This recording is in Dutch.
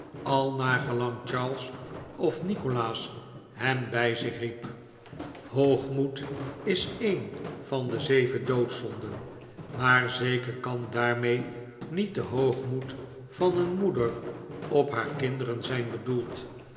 al naar gelang charles of nikolaas hem bij zich riep hoogmoed is een van de zeven doodzonden maar zeker kan daarmee niet de hoogmoed van een moeder op haar kinderen zijn bedoeld